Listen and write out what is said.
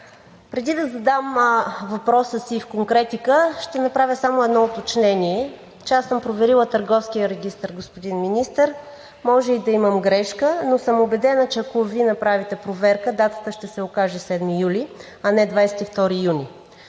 Преди да задам въпроса си в конкретика, ще направя само едно уточнение, че аз съм проверила Търговския регистър, господин Министър, може и да имам грешка, но съм убедена, че ако Вие направите проверка, датата ще се окаже 7 юли, а не 22 юни.